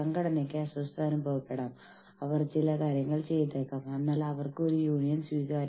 ജീവനക്കാർക്ക് അവരുടെ ജോലിയുടെ ചില വശങ്ങളിൽ അതൃപ്തിയുണ്ടാകുമ്പോൾ അവർ യൂണിയനുകളിൽ ചേരുന്നു